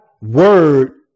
word